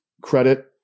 credit